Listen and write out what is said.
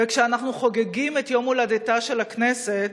וכשאנחנו חוגגים את יום הולדתה של הכנסת,